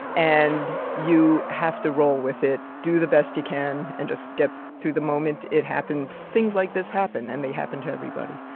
and you have to roll with it. do the best you can and just get through the moment it happens. things like this happen and they happen to everybody.